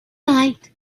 night